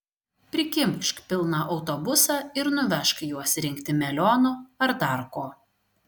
prikimšk pilną autobusą ir nuvežk juos rinkti melionų ar dar ko